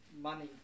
Money